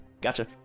gotcha